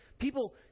People